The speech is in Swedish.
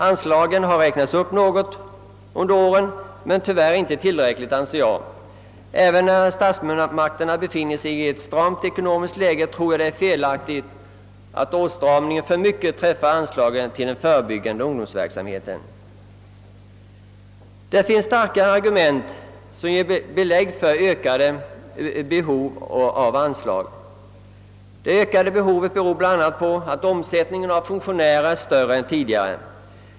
Anslagen har räknats upp något under åren, men enligt min mening tyvärr inte tillräckligt. Även när statsmakterna befinner sig i ett stramt ekonomiskt läge tror jag att det är felaktigt att åtstramningen för mycket träffar anslagen till den ungdomsfostrande verksamheten. Det finns starka argument för ökade anslag. Det ökade behovet beror bl.a. på att omsättningen av funktionärer är större än tidigare.